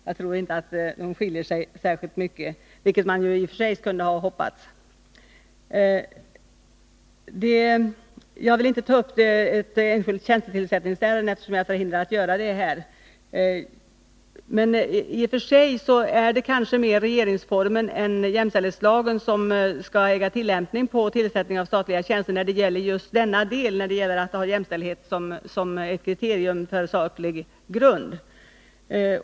Jag tror inte att den akademiska världen skiljer sig särskilt mycket från andra, vilket man i och för sig kunde ha hoppats. Jag är förhindrad att gå in på ett enskilt tjänstetillsättningsärende, men jag vill säga att det i och för sig kanske mer är regeringsformen än jämställdhetslagen som skall äga tillämpning vid tillsättandet av statliga tjänster just när man har jämställdheten som kriterium och saklig grund.